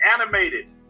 animated